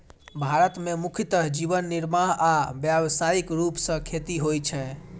भारत मे मुख्यतः जीवन निर्वाह आ व्यावसायिक रूप सं खेती होइ छै